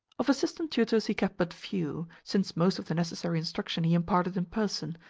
of assistant tutors he kept but few, since most of the necessary instruction he imparted in person,